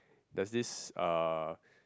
there's this uh